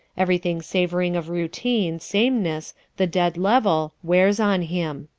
everything savoring of routine, sameness the dead level wears on him.